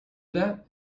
that